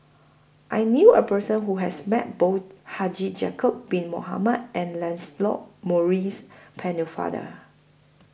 I knew A Person Who has Met Both Haji Ya'Acob Bin Mohamed and Lancelot Maurice Pennefather